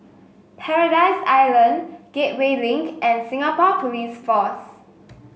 Paradise Island Gateway Link and Singapore Police Force